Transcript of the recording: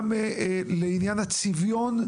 גם לעניין הצביון,